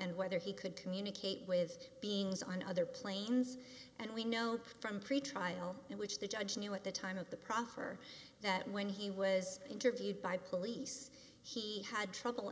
and whether he could to munich eight with beings on other planes and we know from pretrial in which the judge knew at the time of the proffer that when he was interviewed by police he had trouble